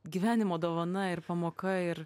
gyvenimo dovana ir pamoka ir